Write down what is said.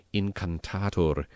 incantator